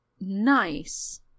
nice